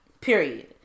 Period